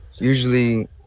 Usually